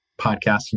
podcasting